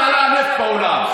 הקורונה, ב-62% עלה הנפט בעולם.